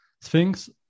Sphinx